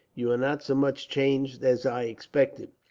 you are not so much changed as i expected.